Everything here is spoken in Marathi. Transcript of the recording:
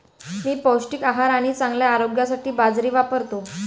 मी पौष्टिक आहार आणि चांगल्या आरोग्यासाठी बाजरी वापरतो